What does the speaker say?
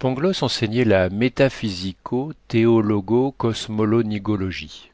pangloss enseignait la métaphysico théologo cosmolonigologie